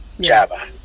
Java